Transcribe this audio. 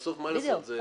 בדיוק.